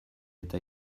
eta